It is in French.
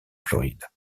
floride